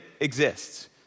exists